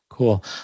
Cool